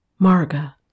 Marga